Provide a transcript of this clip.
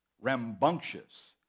rambunctious